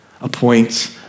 appoints